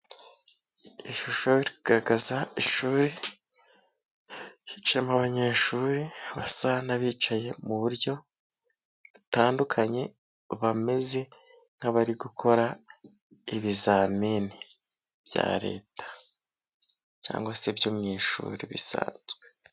Ishusho igaragaza ishuri hicayemo abanyeshuri basa n'abicaye mu buryo butandukanye, bameze nk'abari gukora ibizamini bya leta cyangwa se byo mu ishuri bisanzwe.